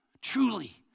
truly